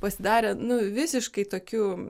pasidarė nu visiškai tokiu